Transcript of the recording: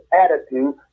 attitude